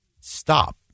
stop